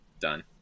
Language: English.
done